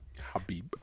Habib